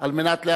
בעד, 7,